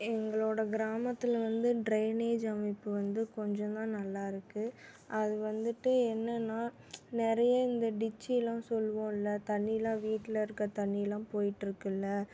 எங்களோட கிராமத்தில் வந்து ட்ரைனேஜ் அமைப்பு வந்து கொஞ்சம்தான் நல்லா இருக்குது அது வந்துட்டு என்னென்னால் நிறைய இந்த டிச்செலாம் சொல்லுவோமில்ல தண்ணியெலாம் வீட்டில் இருக்கிற தண்ணியெலாம் போய்கிட்ருக்குல்ல